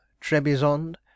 Trebizond